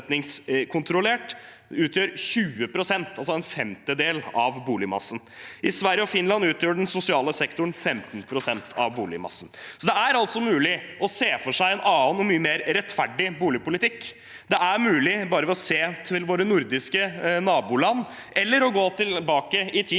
20 pst., altså en femtedel av boligmassen. I Sverige og Finland utgjør den sosiale sektoren 15 pst. av boligmassen. Det er altså mulig å se for seg en annen og mye mer rettferdig boligpolitikk. Det er mulig bare ved å se til våre nordiske naboland eller å gå tilbake i tid